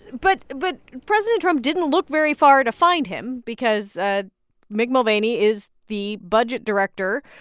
but but president trump didn't look very far to find him because ah mick mulvaney is the budget director,